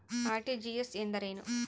RTGS ಎಂದರೇನು?